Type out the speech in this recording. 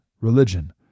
religion